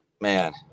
Man